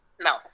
No